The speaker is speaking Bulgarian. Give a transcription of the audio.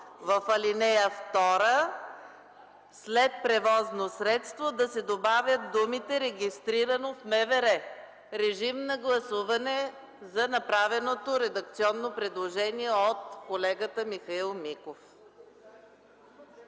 в ал. 2 след „превозно средство” да се добавят думите „регистрирано в МВР”. Моля, гласувайте за направеното редакционно предложение от колегата Михаил Миков.